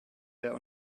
der